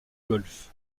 golfe